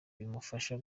bibafasha